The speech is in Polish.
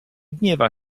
gniewa